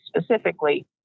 specifically